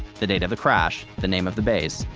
the date of the crash. the name of the base.